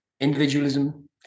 Individualism